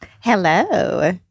Hello